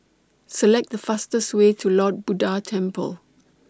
Select The fastest Way to Lord Buddha Temple